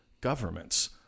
governments